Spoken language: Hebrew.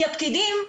כי הפקידים,